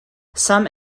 some